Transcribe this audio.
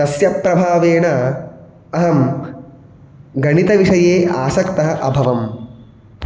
तस्य प्रभावेन अहं गणितविषये आसक्तः अभवम्